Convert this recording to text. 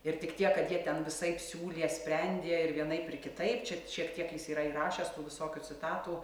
ir tik tiek kad jie ten visaip siūlė sprendė ir vienaip ir kitaip čia šiek tiek jis yra įrašęs tų visokių citatų